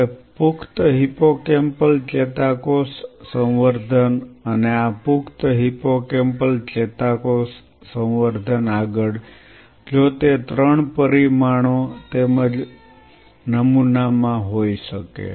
હવે પુખ્ત હિપ્પોકેમ્પલ ચેતાકોષ સંવર્ધન અને આ પુખ્ત હિપ્પોકેમ્પલ ચેતાકોષ સંવર્ધન આગળ જો તે ત્રણ પરિમાણો તેમજ નમૂના માં હોઈ શકે